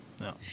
no